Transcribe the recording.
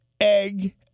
egg